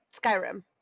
Skyrim